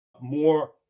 more